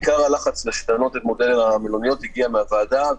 עיקר הלחץ לשנות את מודל המלוניות הגיע מהוועדה,